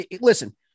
Listen